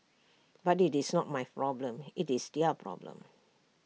but IT is not my problem IT is their problem